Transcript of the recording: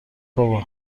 بابا